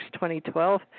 2012